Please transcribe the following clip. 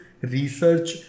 research